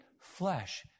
flesh